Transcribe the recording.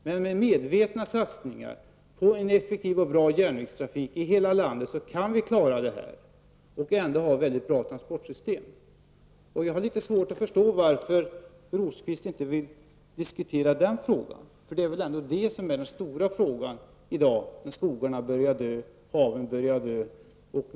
Men med medvetna satsningar på en effektiv och bra järnvägstrafik i hela landet kan vi klara detta och ändå ha mycket bra transportsystem. Jag har litet svårt att förstå varför Birger Rosqvist inte vill diskutera den frågan, för det är väl ändå den stora frågan i dag, när skogarna och haven börjar dö.